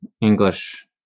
English